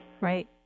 Right